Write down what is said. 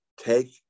take